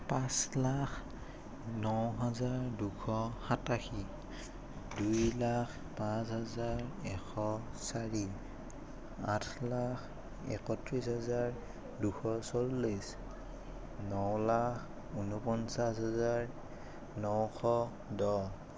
পাঁচ লাখ ন হাজাৰ দুশ সাতাশী দুই লাখ পাঁচ হাজাৰ এশ চাৰি আঠ লাখ একত্ৰিছ হাজাৰ দুশ চল্লিছ ন লাখ ঊনপঞ্চাছ হাজাৰ নশ দহ